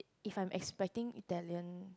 if I am expecting Italian